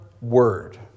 word